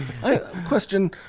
Question